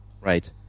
right